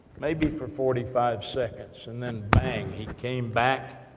maybe for forty five seconds, and then bang, he came back,